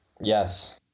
Yes